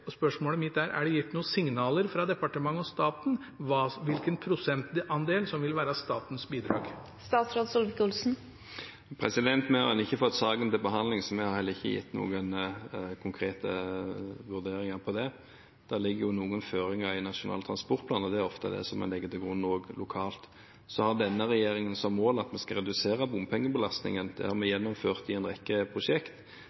og spørsmålet mitt er: Er det gitt noen signaler fra departementet og staten om hvilken prosentandel som vil være statens bidrag? Vi har ennå ikke fått saken til behandling, så vi har heller ikke gitt noen konkrete vurderinger av den. Det ligger noen føringer i Nasjonal transportplan, og det er ofte det en legger til grunn også lokalt. Så har denne regjeringen som mål at vi skal redusere bompengebelastningen. Det har vi gjennomført i en rekke